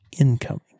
incoming